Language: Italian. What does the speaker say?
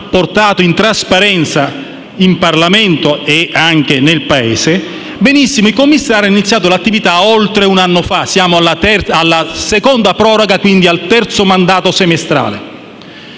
portato alla luce in Parlamento e anche nel Paese). Benissimo, i commissari hanno iniziato l'attività oltre un anno fa: siamo alla seconda proroga, quindi al terzo mandato semestrale.